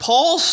Paul